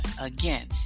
Again